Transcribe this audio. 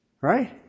Right